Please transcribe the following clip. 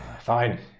Fine